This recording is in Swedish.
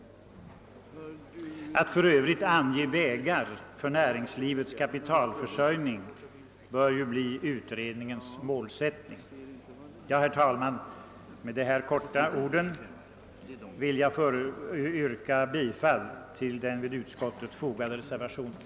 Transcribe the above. Att för övrigt ange vägar för näringslivets kapitalförsörjning bör bli utredningens målsättning. Herr talman! Med det sagda vill jag yrka bifall till den vid utskottets utlåtande fogade reservationen.